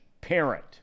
parent